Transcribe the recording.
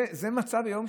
זה המצב היום,